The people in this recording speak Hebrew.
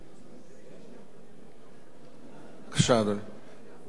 בבקשה, אדוני.